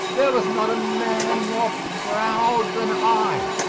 there was not a man more proud than i.